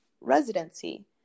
residency